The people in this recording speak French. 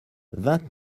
vingt